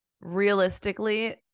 realistically